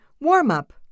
Warm-up